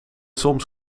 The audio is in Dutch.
soms